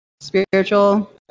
spiritual